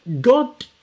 God